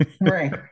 Right